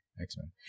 X-Men